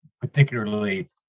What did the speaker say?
particularly